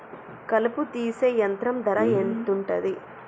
కలుపు తీసే యంత్రం ధర ఎంతుటది?